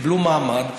קיבלו מעמד.